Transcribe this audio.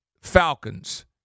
Falcons